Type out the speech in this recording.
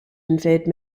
invade